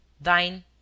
Thine